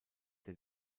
der